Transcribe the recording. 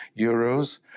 euros